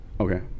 Okay